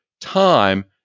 time